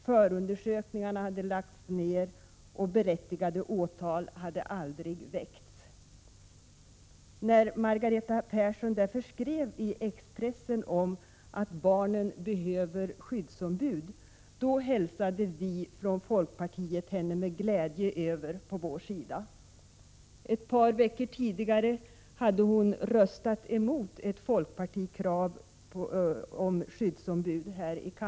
Förundersökningarna hade lagts ned och berättigade åtal hade aldrig väckts. När Margareta Persson därför skrev i Expressen att barnen behöver skyddsombud hälsade vi från folkpartiet henne med glädje välkommen över på vår sida. Ett par veckor tidigare hade hon här i kammaren röstat emot ett folkpartikrav om skyddsombud.